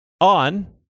on